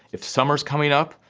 if summer's coming up,